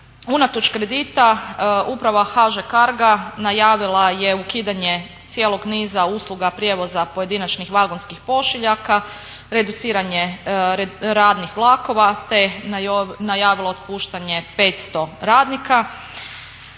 unatoč kredita uprava HŽ Carga najavila je ukidanje cijelog niza usluga prijevoza pojedinačnih vagonskih pošiljaka reduciranje radnih vlakova te najavila otpuštanje 500 radnika.